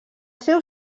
seu